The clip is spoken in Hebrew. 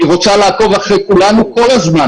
אתה צריך להסמיך את השירות כדי שיוכל לסייע למשרד הבריאות.